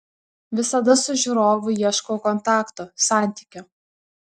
visada su žiūrovu ieškau kontakto santykio